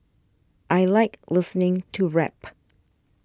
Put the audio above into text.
I like listening to rap